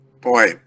Boy